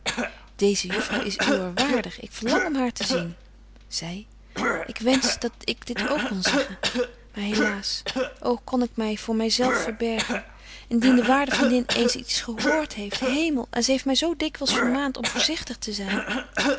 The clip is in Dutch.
deeze juffrouw is uwer waardig ik verlang om haar te zien zy ik wensch dat ik dit ook kon zeggen betje wolff en aagje deken historie van mejuffrouw sara burgerhart maar helaas ô kon ik my voor my zelf verbergen indien de waarde vriendin eens iets gehoort heeft hemel en zy heeft my zo dikwyls vermaant om voorzichtig te zyn